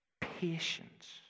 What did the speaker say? patience